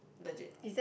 legit